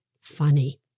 funny